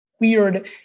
weird